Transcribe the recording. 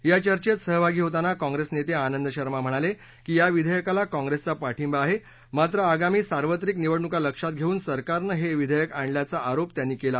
या चर्चेत सहभागी होताना काँप्रेस नेते आनंद शर्मा म्हणाले की या विधेयकाला काँप्रेसचा पाठिंबा आहे मात्र आगामी सार्वत्रिक निवडणुका लक्षात घेऊन सरकारनं हे विधेयक आणल्याचा आरोप त्यांनी केला